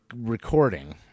recording